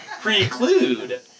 preclude